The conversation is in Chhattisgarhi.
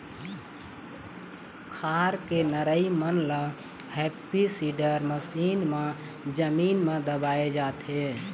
खार के नरई मन ल हैपी सीडर मसीन म जमीन म दबाए जाथे